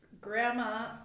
grandma